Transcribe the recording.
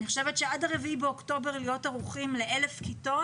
אני חושבת שעד ה-4 באוקטובר להיות ערוכים לאלף כיתות,